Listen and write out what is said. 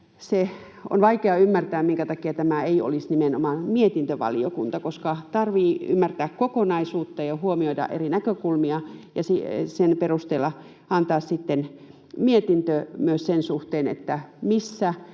on vaikea ymmärtää, minkä takia tämä ei olisi nimenomaan mietintövaliokunta, koska tarvitsee ymmärtää kokonaisuutta ja huomioida eri näkökulmia ja sen perusteella antaa sitten mietintö myös sen suhteen, missä